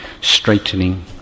straightening